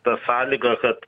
ta sąlyga kad